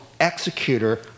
executor